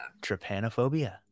Trypanophobia